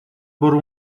برو